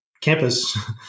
campus